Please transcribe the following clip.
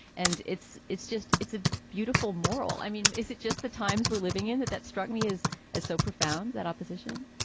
and it's it's just it's a beautiful moral. i mean, is it just the times we're living in that that struck me as as so profound that opposition?